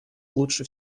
лучше